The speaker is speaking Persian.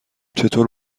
چطور